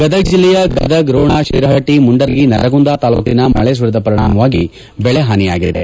ಗದಗ ಜಿಲ್ಲೆಯ ಗದಗ ರೋಣ ಶಿರಪಟ್ಟ ಮುಂಡರಗಿ ನರಗುಂದ ತಾಲೂಕಿನ ಮಳೆ ಸುರಿದ ಪರಿಣಾಮವಾಗಿ ಬೆಳೆ ಹಾನಿಯಾಗಿದೆ